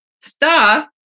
star